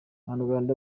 abanyarwanda